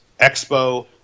Expo